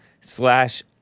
slash